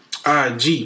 IG